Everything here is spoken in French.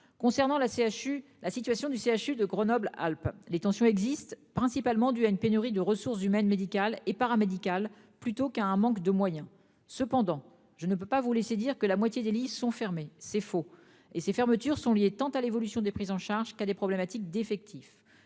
concernant la CHU, la situation du CHU de Grenoble Alpes les tensions existent principalement due à une pénurie de ressources humaines médicales et paramédicales plutôt qu'à un manque de moyens. Cependant, je ne peux pas vous laisser dire que la moitié des lits sont fermés. C'est faux. Et ces fermetures sont liés, tant à l'évolution des prises en charge qu'à des problématiques d'effectifs.